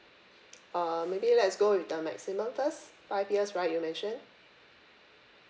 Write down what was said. uh maybe let's go with the maximum first five years right you mentioned